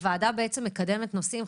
הוועדה מקדמת נושאים,